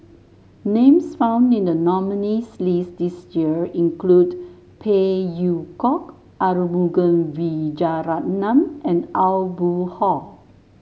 names found in the nominees' list this year include Phey Yew Kok Arumugam Vijiaratnam and Aw Boon Haw